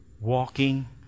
walking